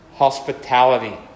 hospitality